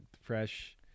Fresh